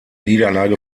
niederlage